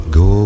go